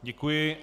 Děkuji.